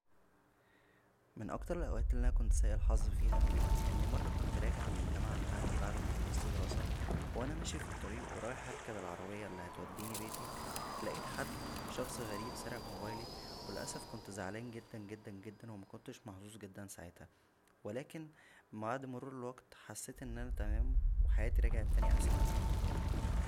من اكتر الاوقات اللى انا كنت سىءء الحظ فيها انى مره كنت راجع من الجامعه بتاعتى بعد ما خلصت دراسه وانا ماشى فالطريق ورايح اركب العربيه اللى هتودينى بيتى لقيت حد شخص غريب سرق موبايلى و للاسف كنت زعلان جدا جدا جدا ومكنتش محظوظ جدا ساعتها ولكن بعد مرور الوقت حسيت ان انا تمام وحياتى رجعت تانى احسن من الاول